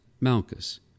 Malchus